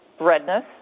Redness